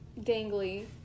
dangly